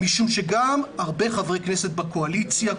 משום שגם הרבה חברי כנסת בקואליציה,